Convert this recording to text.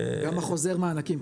גם החוזר מענקים,